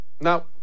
Now